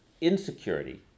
insecurity